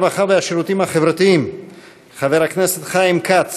הרווחה והשירותים החברתיים חבר הכנסת חיים כץ